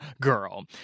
girl